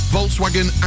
Volkswagen